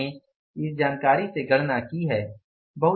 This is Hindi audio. हमने इस जानकारी से गणना की है